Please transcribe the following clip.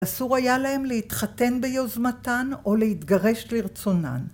אסור היה להם להתחתן ביוזמתן או להתגרש כרצונן.